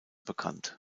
bekannt